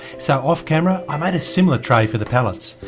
so off camera i made a similar tray for the pallets,